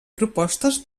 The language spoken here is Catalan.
propostes